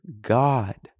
God